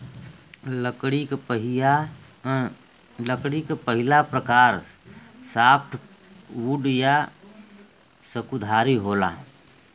लकड़ी क पहिला प्रकार सॉफ्टवुड या सकुधारी होला